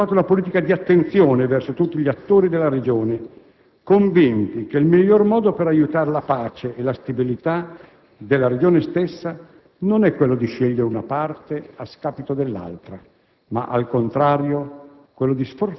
In Medio Oriente abbiamo sviluppato una politica di attenzione verso tutti gli attori della regione, convinti che il miglior modo per aiutare la pace e la stabilità della regione stessa non è quello di scegliere una parte a scapito dell'altra,